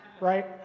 right